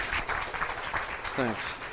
Thanks